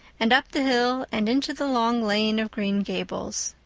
and up the hill and into the long lane of green gables.